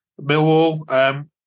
Millwall